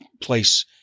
place